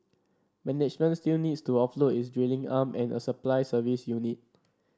management still needs to offload its drilling arm and a supply service unit